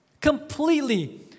Completely